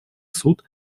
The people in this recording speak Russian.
суд